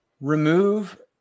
Remove